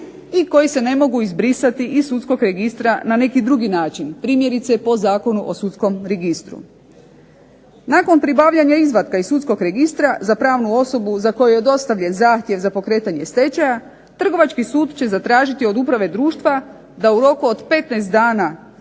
i koji se ne mogu izbrisati iz sudskog registra na neki drugi način primjerice po Zakonu o sudskom registru. Nakon pribavljanja izvatka iz sudskog registra za pravnu osobu za koju je dostavljen zahtjev za pokretanje stečaja Trgovački sud će zatražiti od uprave društva da u roku od 15 dana